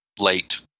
late –